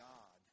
God